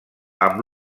amb